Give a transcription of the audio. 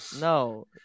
No